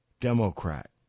Democrat